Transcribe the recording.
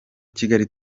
kigali